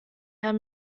herr